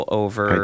over